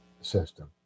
system